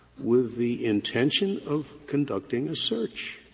with the intention of conducting a search,